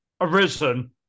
arisen